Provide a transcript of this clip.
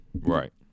right